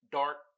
dark